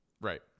Right